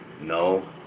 No